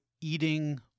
eating